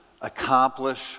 accomplish